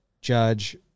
Judge